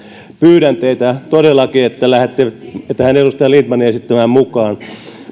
pyydän teitä todellakin että lähdette tähän edustaja lindtmanin esittämään mukaan